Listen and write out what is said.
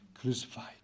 crucified